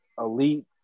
elite